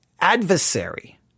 adversary